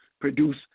produce